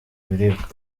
biribwa